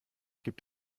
gibt